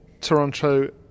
toronto